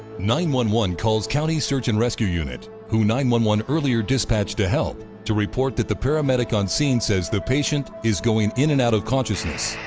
nine one one calls county search and rescue unit, who nine one one earlier dispatched to help, to report that the paramedic on-scene says the patient is going in and out of consciousness.